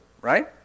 Right